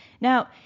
Now